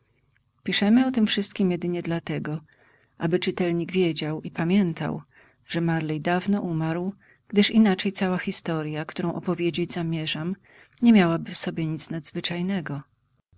piszemy o tem wszystkiem jedynie dlatego aby czytelnik wiedział i pamiętał że marley dawno umarł gdyż inaczej cała historja którą opowiedzieć zamierzam nie miałaby w sobie nic nadzwyczajnego